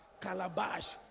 calabash